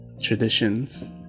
traditions